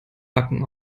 backen